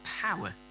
power